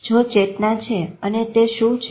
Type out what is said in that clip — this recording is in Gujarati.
જો ચેતના છે અને તે શું છે